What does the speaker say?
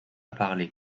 parler